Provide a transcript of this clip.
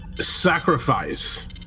sacrifice